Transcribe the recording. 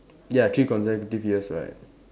ya three consecutive years right